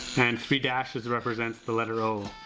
and three dashes represents the letter o